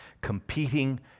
competing